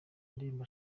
indirimbo